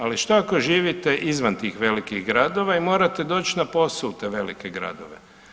Ali što ako živite izvan tih velikih gradova i morate doći na posao u te velike gradove.